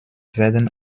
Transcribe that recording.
werden